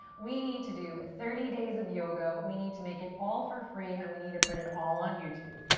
we need to do thirty days of yoga. we need to make it all for free and we need to put it all on youtube.